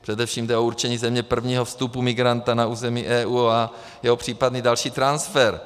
Především jde o určení země prvního vstupu migranta na území EU a jeho případný další transfer.